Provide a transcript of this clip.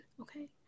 okay